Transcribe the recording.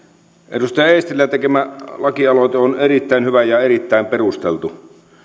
edustaja eestilän tekemä laki aloite on erittäin hyvä ja erittäin perusteltu